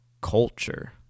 culture